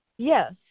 Yes